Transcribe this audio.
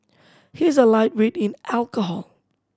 he is a lightweight in alcohol